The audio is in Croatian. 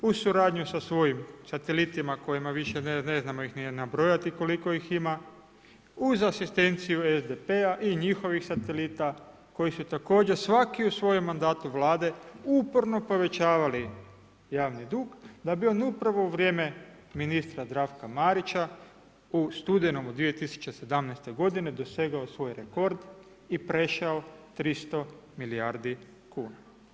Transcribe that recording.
HDZ uz suradnju sa svojim satelitima kojima više ne znamo ih ni nabrojati koliko ih ima, uz asistenciju SDP-a i njihovih satelita koji su također svaki u svojem mandatu Vlade uporno povećavali javni dug, da bi on upravo u vrijeme ministra Zdravka Marića u studenome 2017. godine dosegao svoj rekord i prešao 300 milijardi kuna.